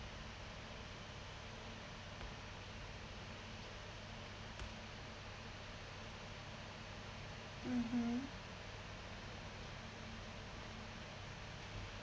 mmhmm